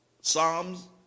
Psalms